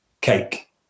Cake